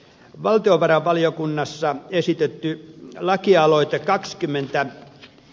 valtiovarainvaliokunnassa esitetty lakialoite kakskymmentä